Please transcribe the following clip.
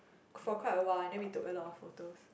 for quite awhile then we took a lot of photos